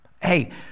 Hey